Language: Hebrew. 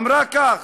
היא אמרה כך: